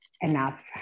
enough